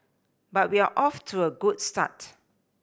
but we're off to a good start